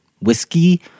whiskey